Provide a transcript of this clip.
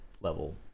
level